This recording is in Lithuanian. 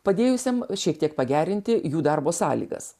padėjusiam šiek tiek pagerinti jų darbo sąlygas